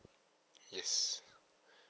yes